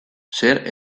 zer